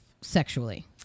sexually